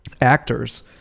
actors